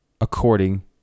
according